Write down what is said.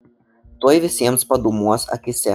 tuoj visiems padūmuos akyse